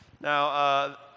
Now